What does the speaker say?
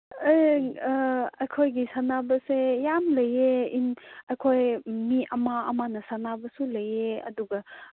ꯑꯩ ꯑꯩꯈꯣꯏꯒꯤ ꯁꯥꯟꯅꯕꯁꯦ ꯌꯥꯝ ꯂꯩꯌꯦ ꯑꯩꯈꯣꯏ ꯃꯤ ꯑꯃ ꯑꯃꯅꯁꯨ ꯁꯥꯟꯅꯕꯁꯨ ꯂꯩꯌꯦ ꯑꯗꯨꯒ